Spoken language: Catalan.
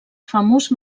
famós